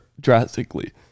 drastically